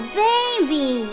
baby